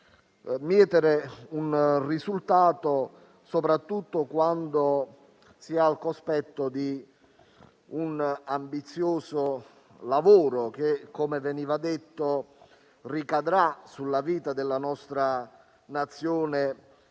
mietere un risultato, in particolare quando si è al cospetto di un ambizioso lavoro che, come veniva detto, ricadrà sulla vita della nostra Nazione nei